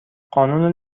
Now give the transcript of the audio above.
قانون